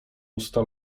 usta